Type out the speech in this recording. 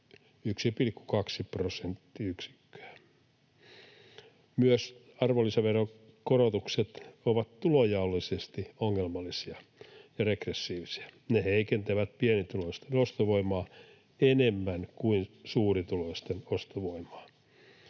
1,2 prosenttiyksikköä. Arvonlisäveron korotukset ovat tulonjaollisesti ongelmallisia ja regressiivisiä; ne heikentävät pienituloisten ostovoimaa enemmän kuin suurituloisten ostovoimaa,